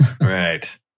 Right